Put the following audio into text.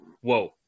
whoa